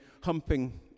humping